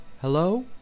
Hello